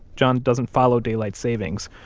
john doesn't follow daylight savings,